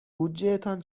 بودجهتان